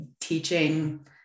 teaching